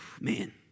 Man